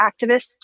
activists